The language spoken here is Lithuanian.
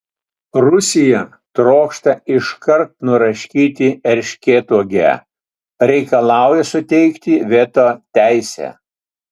rusija trokšta iškart nuraškyti erškėtuogę reikalauja suteikti veto teisę